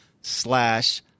slash